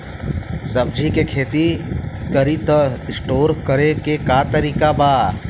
सब्जी के खेती करी त स्टोर करे के का तरीका बा?